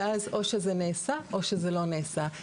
ואז או שזה נעשה או שזה לא נעשה.